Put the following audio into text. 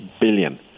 billion